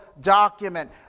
document